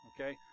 Okay